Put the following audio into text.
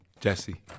Jesse